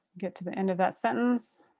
get to the end of that sentence.